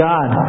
God